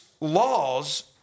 laws